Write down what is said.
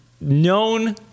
known